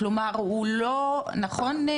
נכון?